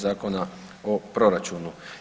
Zakona o proračunu.